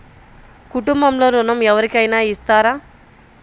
కుటుంబంలో ఋణం ఎవరికైనా ఇస్తారా?